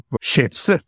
shapes